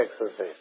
exercise